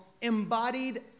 embodied